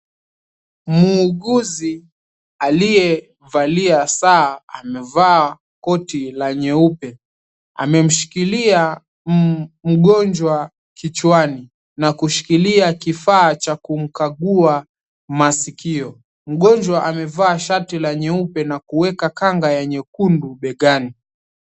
Muuguzi aliyevalia saa amevaa koti la nyeupe amemshikilia mgonjwa kichwani na kushikilia kifaa cha kumkagua masikio mgonjwa amevaa shati la nyeupe na kuwekwa kanga ya nyekundu begani.